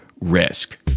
RISK